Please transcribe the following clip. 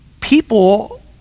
people